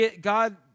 God